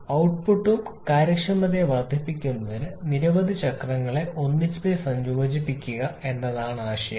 ഔട്ട്പുട്ടും കാര്യക്ഷമതയ വർദ്ധിപ്പിക്കുന്നതിന് നിരവധി ചക്രങ്ങളെ ഒന്നിച്ച് സംയോജിപ്പിക്കുക എന്നതാണ് ആശയം